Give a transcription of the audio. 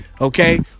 Okay